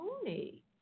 Tony